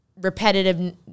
repetitive